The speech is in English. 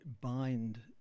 bind